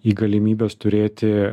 į galimybes turėti